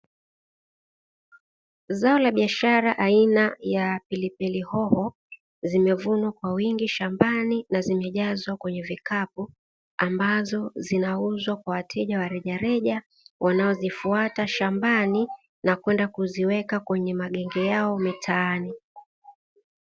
Zao la biashara aina ya pilipili hoho zimevunwa kwa wingi shambani na zimejazwa kwenye vikapu ambazo zinauzwa kwa wateja wa rejareja wanaozifuata shambani na kwenda kuziweka kwenye magenge yao mitaani.